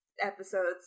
episodes